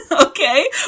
Okay